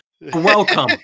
Welcome